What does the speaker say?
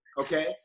Okay